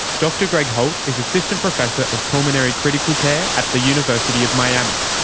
dr greg holt is assistant professor of pulmonary critical care at the university of miami.